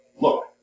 look